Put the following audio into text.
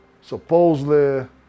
supposedly